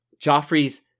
Joffrey's